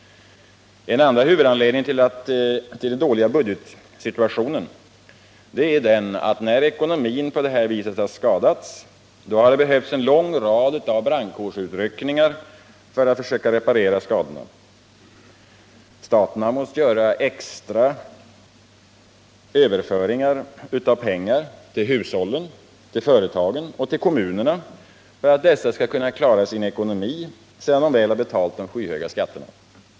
En andra huvudanledning till den dåliga budgetsituationen är att när ekonomin på detta sätt skadats har det behövts en lång rad brandkårsutryckningar för att försöka reparera skadorna. Staten har måst göra extra överföringar av pengar till hushållen, företagen och kommunerna för att dessa skall kunna klara sin situation sedan de väl betalt de skyhöga skatterna.